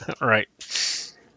Right